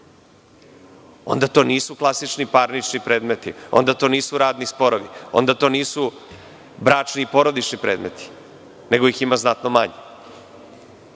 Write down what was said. Onda to nisu klasični parnični predmeti. Onda to nisu radni sporovi. Onda to nisu bračni i porodični predmeti, nego ih ima znatno manje. Iako